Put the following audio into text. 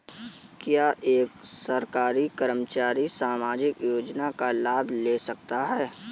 क्या एक सरकारी कर्मचारी सामाजिक योजना का लाभ ले सकता है?